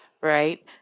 right